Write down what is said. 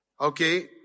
Okay